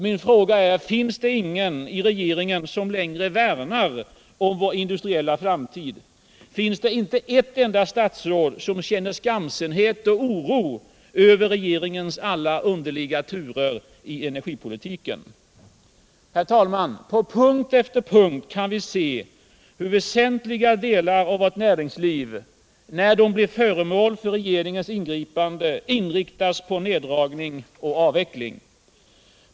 Min fråga är: Finns det ingen i regeringen som längre värnar om vår industriella framtid? Finns det inte ett enda statsråd som känner skamsenhet och oro över regeringens alla underliga turer i energipolitiken? På punkt efter punkt kan vise hur väsentliga delar av vårt näringsliv, när de blir föremål för regeringens ingripande, inriktas på nedtrappning och avveckling.